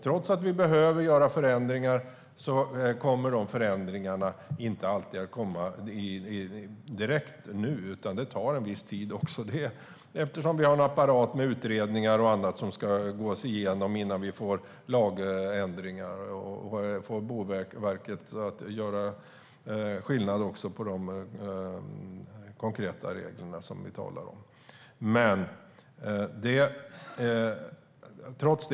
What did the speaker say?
Trots att det behövs förändringar kommer de inte alltid att kunna genomföras direkt, utan det tar en viss tid eftersom vi har en apparat med utredningar och annat som ska gås igenom innan en lagändring kommer på plats.